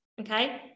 Okay